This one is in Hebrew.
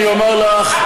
אני אומר לך,